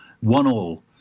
one-all